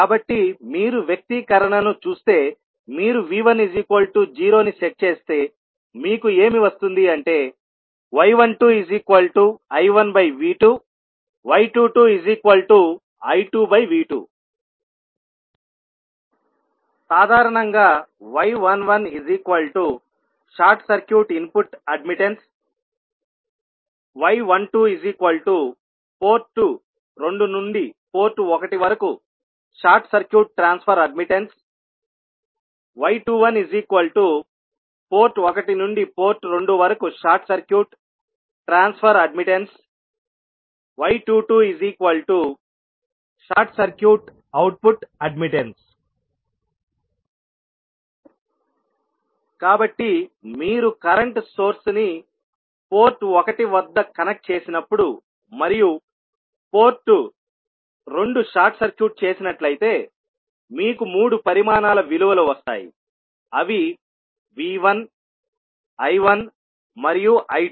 కాబట్టి మీరు వ్యక్తీకరణను చూస్తే మీరు V10 ను సెట్ చేస్తే మీకు ఏమి వస్తుంది అంటే y12I1V2y22I2V2 సాధారణంగా y11 short circuit input admittance y12 port 2 నుండి పోర్ట్ 1 వరకు short circuit transfer admittance y21 port 1 నుండి పోర్ట్ 2 వరకు short circuit transfer admittance y22 short circuit output admittance కాబట్టి మీరు కరెంట్ సోర్స్ ని పోర్ట్ 1 వద్ద కనెక్ట్ చేసినప్పుడు మరియు పోర్ట్ 2 షార్ట్ సర్క్యూట్ చేసినట్లయితే మీకు మూడు పరిమాణాల విలువలు వస్తాయి అవి V1 I1మరియు I2